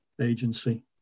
agency